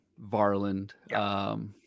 Varland